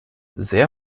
sehr